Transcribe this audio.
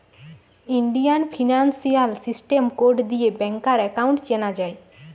Indian financial system code দিয়ে ব্যাংকার account চেনা যায়